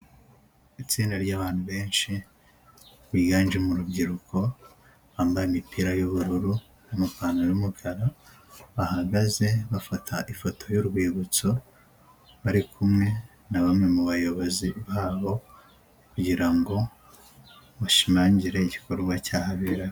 Itsinda ry'abantu benshi biganjemo urubyiruko bambaye imipira y'ubururu n'amapantaro y'umukara bahagaze bafata ifoto y'urwibutso, bari kumwemwe na bamwe mu bayobozi babo kugira ngo bashimangire igikorwa cyahaberaga.